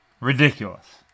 Ridiculous